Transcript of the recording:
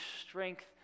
strength